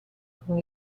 con